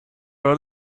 are